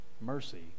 Mercy